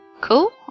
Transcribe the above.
Cool